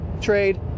trade